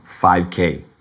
5k